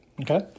okay